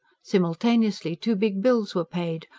simultaneously two big bills were paid,